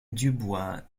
dubois